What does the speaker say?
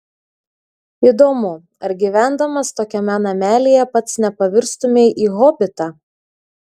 įdomu ar gyvendamas tokiame namelyje pats nepavirstumei į hobitą